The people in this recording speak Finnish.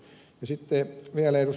sitten vielä ed